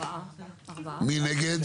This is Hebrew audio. ארבע, מי נגד?